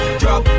drop